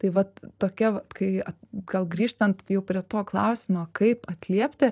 tai vat tokia vat kai gal grįžtant jau prie to klausimo kaip atliepti